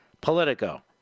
Politico